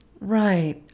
Right